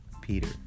Peter